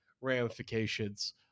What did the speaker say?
ramifications